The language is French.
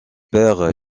paires